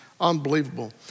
unbelievable